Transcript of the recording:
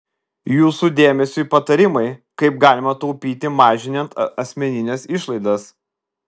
jūsų dėmesiui patarimai kaip galima taupyti mažinant asmenines išlaidas